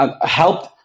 helped